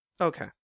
Okay